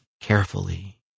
carefully